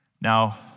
Now